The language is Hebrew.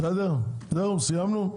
סיימנו.